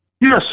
Yes